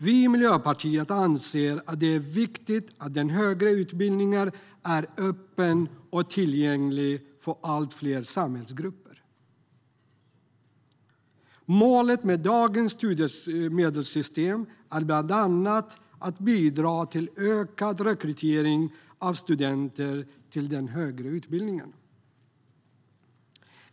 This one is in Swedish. Vi i Miljöpartiet anser att det är viktigt att den högre utbildningen är öppen och tillgänglig för allt fler samhällsgrupper. Målet med dagens studiemedelssystem är bland annat att bidra till ökad rekrytering av studenter till den högre utbildningen.